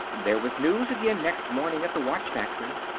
there was news again next morning at the watch factory.